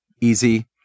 Easy